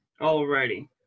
Alrighty